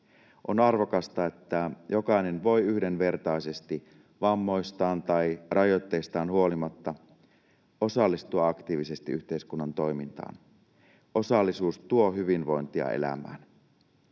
On arvokasta, että jokainen voi yhdenvertaisesti, vammoistaan tai rajoitteistaan huolimatta, osallistua aktiivisesti yhteiskunnan toimintaan. Osallisuus tuo hyvinvointia elämään.